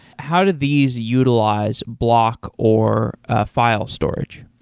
how did these utilize block or ah file storage?